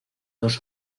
dos